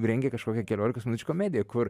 rengia kažkokią keliolikos minučių komediją kur